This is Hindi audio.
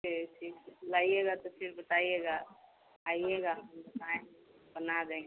फिर ठीक है लाइएगा तो फिर बताइएगा आइएगा हम बताएँ बना देंगे